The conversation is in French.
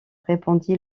répondit